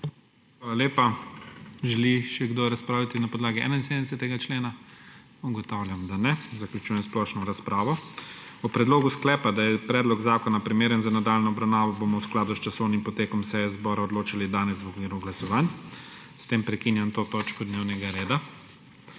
Hvala lepa. Želi še kdo razpravljati o 71. členu? Ugotavljam, da ne. Zaključujem splošno razpravo. O predlogu sklepa, da je predlog zakona primeren za nadaljnjo obravnavo, bomo v skladu s časovnim potekom seje zbora odločali danes v okviru glasovanj. S tem prekinjam to točko dnevnega reda.